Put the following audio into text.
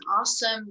awesome